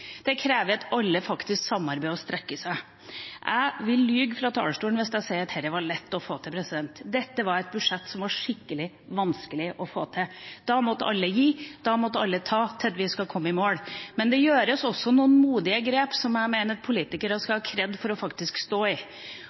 Det krever at alle faktisk samarbeider og strekker seg. Jeg ville løyet fra talerstolen hvis jeg sa at dette er lett å få til. Dette var et budsjett som var skikkelig vanskelig å få til – alle måtte ta og alle måtte gi for at vi skulle komme i mål. Men det gjøres også noen modige grep som jeg mener politikere skal ha kred for å stå i,